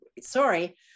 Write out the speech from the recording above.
sorry